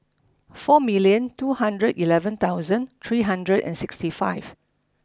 four million two hundred eleven thousand three hundred and sixty five